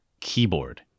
keyboard